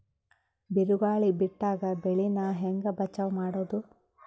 ಬಿರುಗಾಳಿ ಬಿಟ್ಟಾಗ ಬೆಳಿ ನಾ ಹೆಂಗ ಬಚಾವ್ ಮಾಡೊದು?